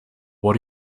what